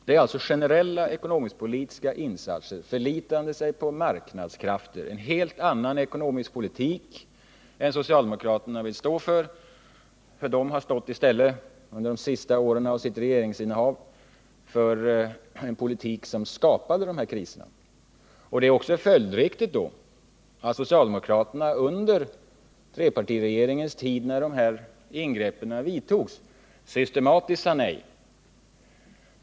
Det är som sagt generella ekonomisk-politiska insatser i förlitan på arbetsmarknadens krafter, en helt annan ekonomisk politik än socialdemokraterna vill stå för. De har i stället de sista åren av sitt regeringsinnehav stått för en politik som skapade dessa kriser. Det är därför också följdriktigt att socialdemokraterna under trepartiregeringens tid, när de här ingreppen vidtogs, systematiskt sade nej.